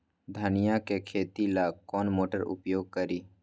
धनिया के खेती ला कौन मोटर उपयोग करी?